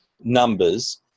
numbers